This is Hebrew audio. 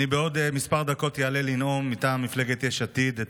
בעוד כמה דקות אעלה לנאום מטעם מפלגת יש עתיד את